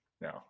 No